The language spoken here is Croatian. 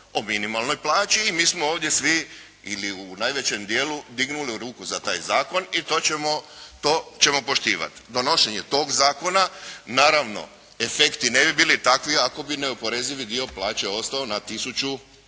o minimalnoj plaći i mi smo ovdje svi ili u najvećem dijelu dignuli ruku za taj zakon i to ćemo poštivati. Donošenje tog zakona, naravno efekti ne bi bili takvi ako bi neoporezivi dio plaće ostao na 1.600,00 kuna.